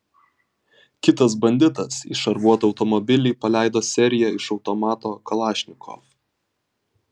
kitas banditas į šarvuotą automobilį paleido seriją iš automato kalašnikov